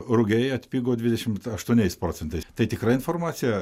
rugiai atpigo dvidešimt aštuoniais procentais tai tikra informacija